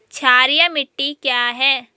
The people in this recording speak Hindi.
क्षारीय मिट्टी क्या है?